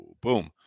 Boom